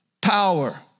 power